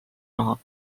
raha